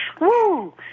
Woo